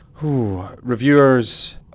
Reviewers